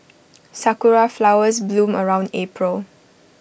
Sakura Flowers bloom around April